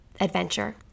adventure